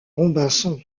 robinson